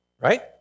right